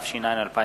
התש"ע 2010,